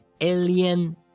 alien